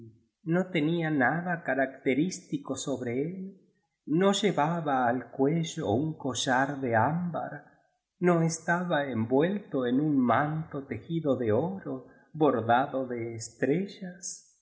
no tenía nada característico sobre el no llevaba al cuello un collar de ámbar no estaba envuelto en un manto tejido de oro bordado de estrellas